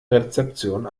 rezeption